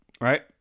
right